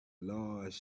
large